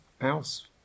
house